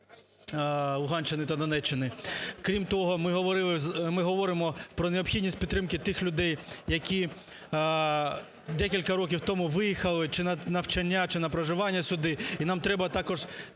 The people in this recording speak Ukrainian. Луганщини та Донеччини. Крім того, ми говорили... ми говоримо про необхідність підтримки тих людей, які декілька років тому виїхали чи на навчання, чи на проживання сюди, і нам треба також